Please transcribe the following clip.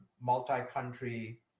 multi-country